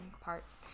parts